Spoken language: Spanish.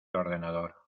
ordenador